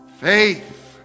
faith